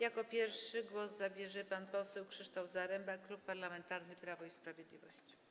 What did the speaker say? Jako pierwszy głos zabierze pan poseł Krzysztof Zaremba, Klub Parlamentarny Prawo i Sprawiedliwość.